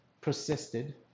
persisted